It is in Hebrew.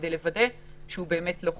כדי לוודא שהוא באמת לא חולה,